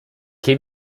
che